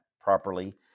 properly